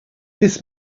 this